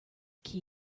key